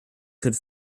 could